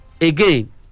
again